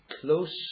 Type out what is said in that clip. close